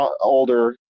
older